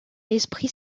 esprit